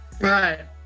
Right